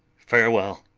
farewell,